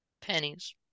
pennies